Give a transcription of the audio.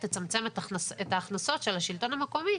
תצמצם את ההכנסות של השלטון המקומי,